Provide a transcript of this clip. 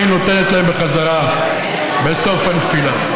מה היא נותנת להם בחזרה בסוף הנפילה.